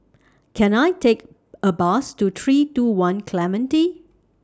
Can I Take A Bus to three two one Clementi